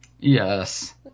Yes